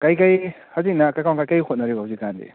ꯀꯩ ꯀꯩ ꯍꯧꯖꯤꯛꯅ ꯀꯩ ꯍꯣꯠꯅꯔꯤꯕ ꯍꯧꯖꯤꯛ ꯀꯥꯟꯗꯤ